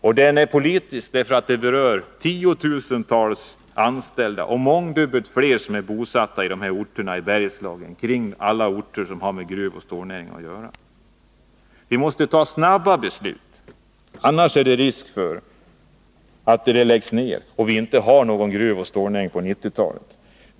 Frågan är politisk därför att den berör tiotusentals anställda och mångdubbelt fler som är bosatta i Bergslagen och där omkring, alla orter som har med gruvoch stålnäring att göra. Vi måste fatta snabba beslut. Annars är det risk för att gruvorna läggs ned och vi inte har någon gruvoch stålnäring på 1990-talet.